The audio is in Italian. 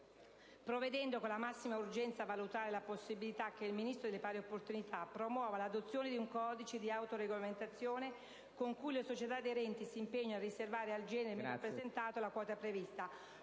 quindi con la massima urgenza a valutare la possibilità che il Ministro per le pari opportunità promuova l'adozione di un codice di autoregolamentazione con cui le società aderenti si impegnano a riservare al genere meno rappresentato la quota prevista